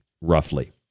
roughly